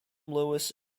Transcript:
lewis